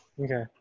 Okay